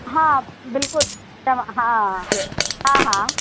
हा बिल्कुलु तव्हां हा हा हा